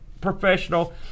professional